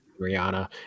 Rihanna